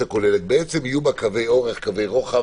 בעצם יהיו בה קווי אורך, קווי רוחב,